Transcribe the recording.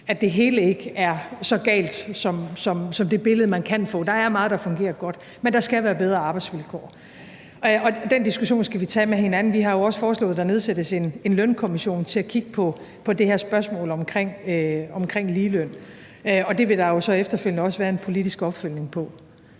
at det hele ikke er så galt som det billede, man kan få. Der er meget, der fungerer godt, men der skal være bedre arbejdsvilkår, og den diskussion skal vi tage med hinanden. Vi har også foreslået, at der nedsættes en lønkommission til at kigge på det her spørgsmål omkring ligeløn, og det vil der jo så efterfølgende også være en politisk opfølgning på.